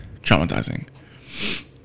traumatizing